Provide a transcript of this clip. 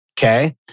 Okay